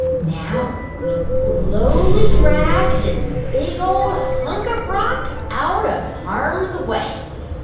now we slowly drag this big, old hunk of rock out of harm's way